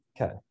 Okay